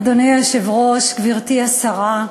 אדוני היושב-ראש, גברתי השרה,